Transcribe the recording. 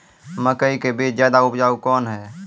मकई के बीज ज्यादा उपजाऊ कौन है?